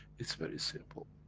it's very simple.